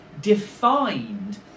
defined